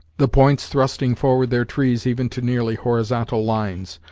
the points thrusting forward their trees even to nearly horizontal lines,